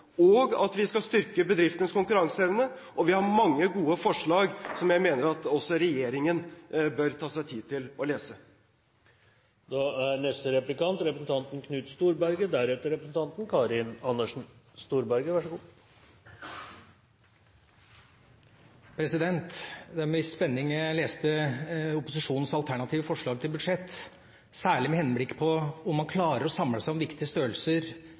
av at vi skal bygge Norge som kunnskapsnasjon, og at vi skal styrke bedriftenes konkurranseevne, og vi har mange gode forslag som jeg mener at også regjeringen bør ta seg tid til å lese. Det var med en viss spenning jeg leste opposisjonens alternative forslag til budsjett, særlig med henblikk på om man klarer å samle seg om viktige størrelser